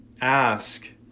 ask